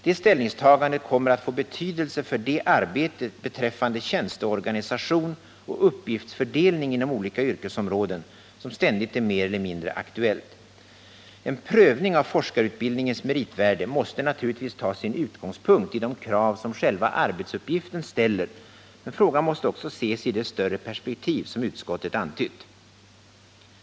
Detta ställningstagande kommer att få betydelse för det arbete beträffande tjänstorganisation och uppgiftsfördelning inom olika yrkesområden som ständigt är mer eller mindre aktuellt. En prövning av forskarutbildningens meritvärde måste naturligtvis ta sin utgångspunkt i de krav som själva arbetsuppgiften ställer, men frågan måste också ses i det större perspektiv som utskottet antytt.